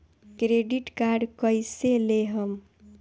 Credit card कईसे लेहम?